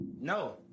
No